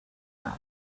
back